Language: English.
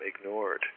ignored